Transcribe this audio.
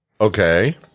okay